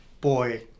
boy